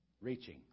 reaching